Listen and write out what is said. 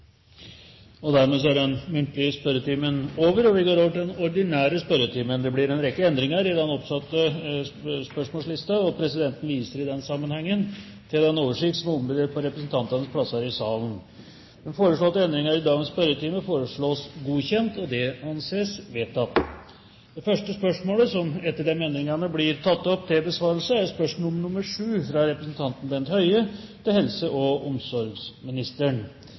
går over til den ordinære spørretimen. Det blir en rekke endringer i den oppsatte spørsmålslisten, og presidenten viser i den sammenhengen til den oversikten som er omdelt på representantenes plasser i salen. De foreslåtte endringer i dagens spørretime foreslås godkjent. – Det anses vedtatt. Endringene var som følger: Spørsmål 1, fra representanten Elisabeth Aspaker til kunnskapsministeren, vil bli besvart av forsknings- og høyere utdanningsministeren på vegne av kunnskapsministeren, som er bortreist. Etter anmodning fra forsknings- og høyere utdanningsministeren blir dette spørsmålet flyttet og